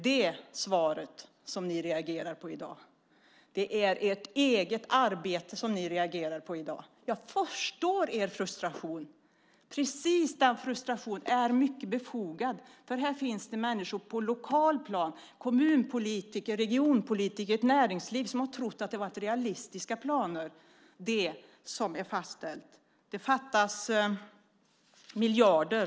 Det är ert eget arbete som ni reagerar på i dag. Jag förstår er frustration. Den är mycket befogad, för här finns det människor på lokalt plan - kommunpolitiker, regionpolitiker och ett näringsliv - som har trott att de planer som är fastställda är realistiska. Det fattas miljarder.